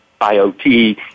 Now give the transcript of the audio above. IoT